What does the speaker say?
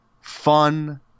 fun